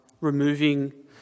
removing